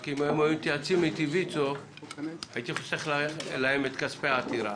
רק אם ויצו היו מתייעצים איתי הייתי חוסך להם את כספי העתירה,